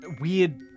weird